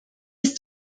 ist